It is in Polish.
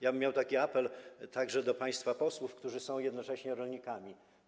Ja bym miał taki apel, także do państwa posłów, którzy są jednocześnie rolnikami.